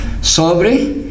sobre